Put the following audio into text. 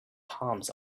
palms